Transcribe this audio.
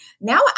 now